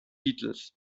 beatles